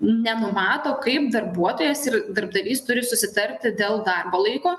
nenumato kaip darbuotojas ir darbdavys turi susitarti dėl darbo laiko